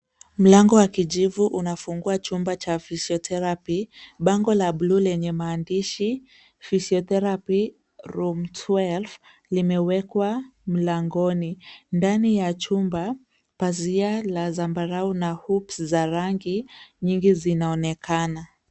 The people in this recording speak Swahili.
Mlango wa kijivu unafungua chumba cha physiotherapy . Bango la buluu lenye maandishi, Physiotherapy Rm 12, limewekwa mlangoni. Ndani ya chumba, pazia la zambarau na hoops za rangi nyingi zinaonekana.